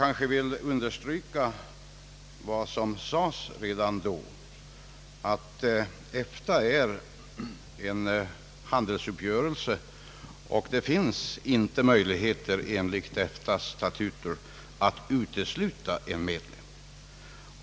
Jag vill understryka vad som sades då, att EFTA är resultatet av en handelsuppgörelse och att det inte finns möjligheter enligt EFTA:s statuter att utesluta en medlem.